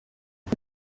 uko